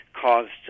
caused